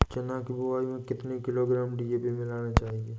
चना की बुवाई में कितनी किलोग्राम डी.ए.पी मिलाना चाहिए?